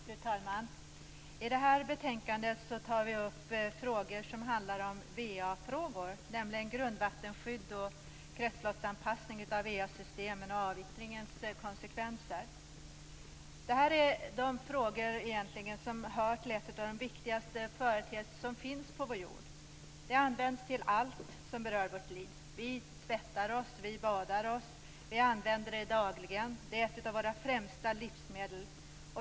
Fru talman! I det här betänkandet tar vi upp vafrågor som handlar om grundvattenskydd och kretsloppsanpassning av va-systemen samt avvittringens konsekvenser. Det är frågor som egentligen hör till de viktigaste företeelser som finns på vår jord. Vatten används till allt som berör vårt liv. Vi tvättar oss, badar, vi använder det dagligen, det är ett av våra främsta livsmedel.